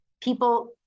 People